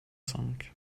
cinq